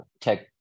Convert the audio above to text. tech